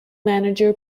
manager